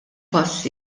pass